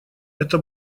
это